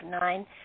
nine